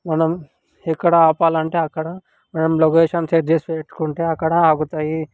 మనం ఎక్కడ ఆపాలంటే అక్కడ మనం లొకేషన్ సెట్ చేసి పెట్టుకుంటే అక్కడ ఆగుతాయి